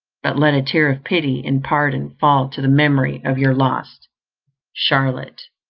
but let a tear of pity and pardon fall to the memory of your lost charlotte.